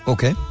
Okay